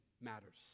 matters